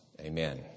Amen